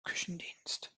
küchendienst